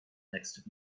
next